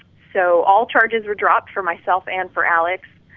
so all charges were dropped for myself and for alex